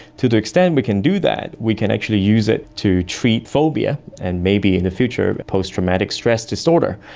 to the extent we can do that, we can actually use it to treat phobia and maybe in the future post-traumatic stress disorder.